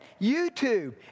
YouTube